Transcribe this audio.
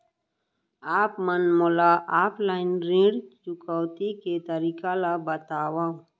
आप मन मोला ऑफलाइन ऋण चुकौती के तरीका ल बतावव?